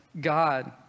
God